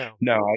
No